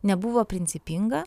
nebuvo principinga